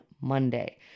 Monday